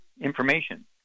information